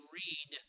read